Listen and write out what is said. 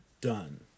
done